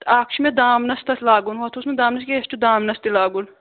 اَکھ چھُ مےٚ دامنَس تَتھ لاگُن ہۄتھ اوس نہٕ دامنس کیٚنٛہہ یتھ چھُ دامنَس تہِ لاگُن